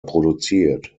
produziert